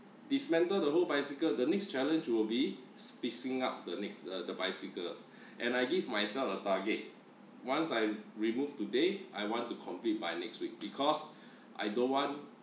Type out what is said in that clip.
dismantle the whole bicycle the next challenge will be fixing up the next the bicycle and I give myself a target once I remove today I want to complete by next week because I don't want